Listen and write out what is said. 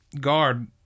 guard